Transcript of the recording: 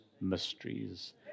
mysteries